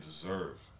deserve